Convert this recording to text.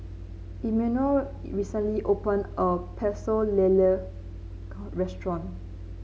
Immanuel recently open a Pecel Lele restaurant